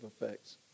effects